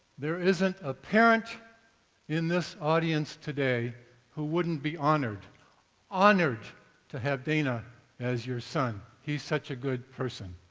there isn't a parent in this audience today who wouldn't be honored honored to have dana as your son, he's such a good person.